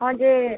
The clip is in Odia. ହଁ ଯେ